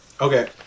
Okay